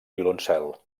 violoncel